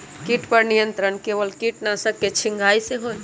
किट पर नियंत्रण केवल किटनाशक के छिंगहाई से होल?